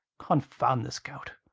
confound this gout!